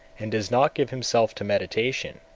and does not give himself to meditation,